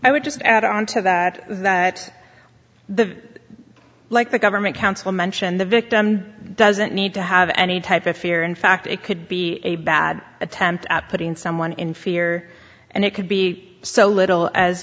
i would just add on to that that the like the government counsel mentioned the victim doesn't need to have any type of fear in fact it could be a bad attempt at putting someone in fear and it could be so little as